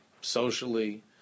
socially